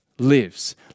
lives